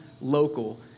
local